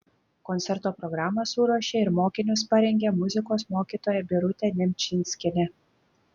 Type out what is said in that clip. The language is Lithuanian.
koncerto programą suruošė ir mokinius parengė muzikos mokytoja birutė nemčinskienė